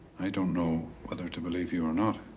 i don't know whether to believe you or not.